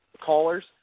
Callers